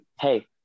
Hey